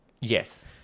Yes